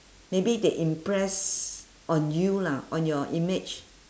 maybe they impress on you lah on your image